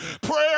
Prayer